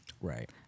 Right